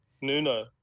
Nuno